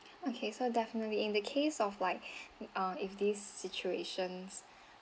okay so definitely in the case of like uh if these situations